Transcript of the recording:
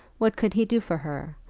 what could he do for her?